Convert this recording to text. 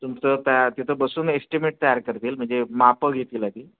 तुमचं त्या तिथं बसून एस्टिमेट तयार करतील म्हणजे मापं घेतील आधी